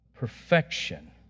Perfection